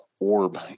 orb